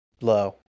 low